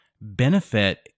benefit